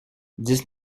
dix